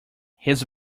his